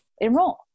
enroll